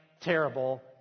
terrible